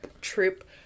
trip